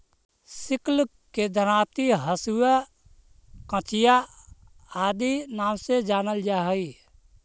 sickle के दरांति, हँसुआ, कचिया आदि नाम से जानल जा हई